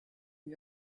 new